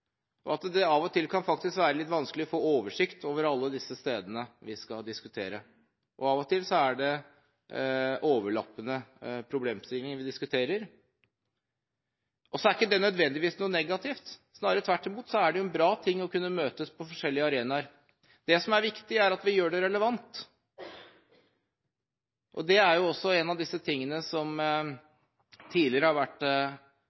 og at det av og til faktisk kan være litt vanskelig å få oversikt over alle disse stedene vi skal diskutere. Av og til er det overlappende problemstillinger vi diskuterer. Det er ikke nødvendigvis noe negativt – snarere tvert imot. Det er jo en bra ting å kunne møtes på forskjellige arenaer. Det som er viktig, er at vi gjør det relevant. Det er også en av disse tingene som tidligere har vært